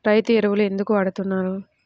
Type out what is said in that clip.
రైతు ఎరువులు ఎందుకు వాడుతున్నారు?